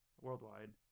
worldwide